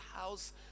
house